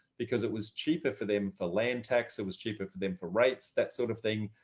because it was cheaper for them for land tax, it was cheaper for them for reits, that sort of thing.